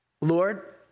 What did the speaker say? Lord